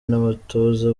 n’abatoza